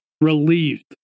relieved